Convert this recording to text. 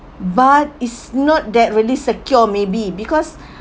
but is not that really secure maybe because